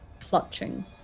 Clutching